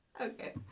Okay